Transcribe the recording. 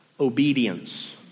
obedience